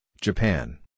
Japan